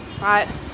right